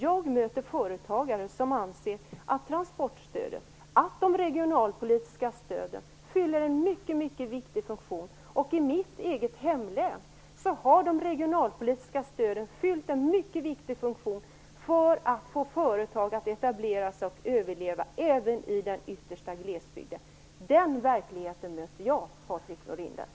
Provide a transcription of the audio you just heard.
Jag möter företagare som anser att transportstödet och de regionalpolitiska stöden fyller en mycket viktig funktion. I mitt eget hemlän har de regionalpolitiska stöden fyllt en mycket viktig funktion för att få företag att etablera sig och överleva även i den yttersta glesbygden. Den verkligheten möter jag, Patrik Norinder.